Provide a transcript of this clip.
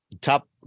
top